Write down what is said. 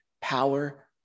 power